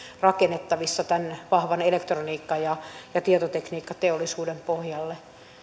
rakennettavissa tämän vahvan elektroniikka ja ja tietotekniikkateollisuuden pohjalle